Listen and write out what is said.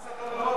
מס החברות,